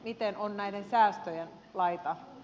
miten on näiden säästöjen laita